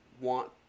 want